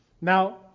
Now